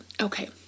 Okay